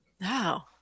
Wow